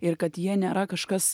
ir kad jie nėra kažkas